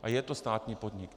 A je to státní podnik.